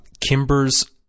Kimber's